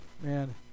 Man